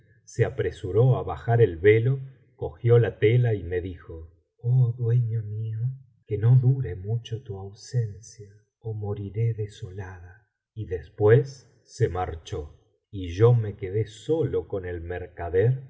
se apresuró á bajar el velo cogió la tela y me dijo oh dueño mío que no dure mucho tu ausencia ó moriré desolada y después se marchó y yo me quedé solo con el mercader